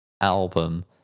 album